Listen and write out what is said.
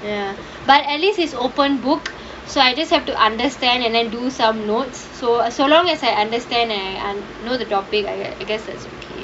ya but at least is open book so I just have to understand and then do some notes so so long as I understand and I know the topic I guess that's okay